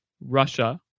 Russia